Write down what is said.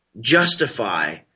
justify